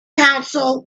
counsel